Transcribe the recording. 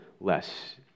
less